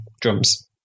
drums